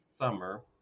summer